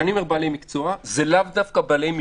כשאני אומר בעלי מקצוע, זה לאו דווקא בעלי מקצוע.